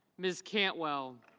ms. cantwell.